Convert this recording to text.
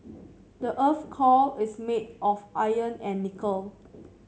the earth's core is made of iron and nickel